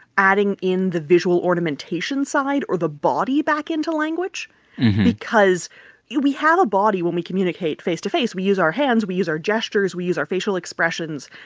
adding in the visual ornamentation side or the body back into language because we have a body when we communicate face to face. we use our hands. we use our gestures. we use our facial expressions.